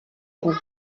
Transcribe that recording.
roues